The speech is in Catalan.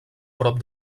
prop